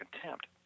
contempt